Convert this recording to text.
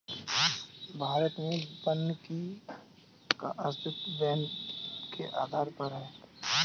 भारत में वानिकी का अस्तित्व वैन के आधार पर है